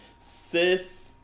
sis